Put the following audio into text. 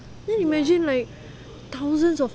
then imagine like thousands of